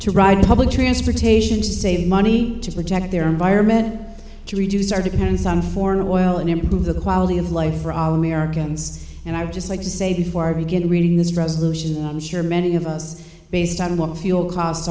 to ride public transportation to save money to protect their environment to reduce our dependence on foreign oil and improve the quality of life for all americans and i would just like to say before i begin reading this resolution i'm sure many of us based on what fuel costs